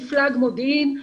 מפלג מודיעין,